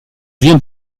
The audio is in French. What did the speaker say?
viens